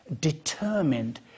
determined